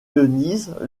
denise